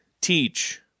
teach